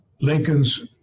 Lincoln's